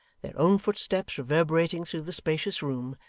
their own footsteps, reverberating through the spacious room,